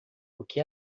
porque